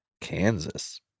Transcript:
Kansas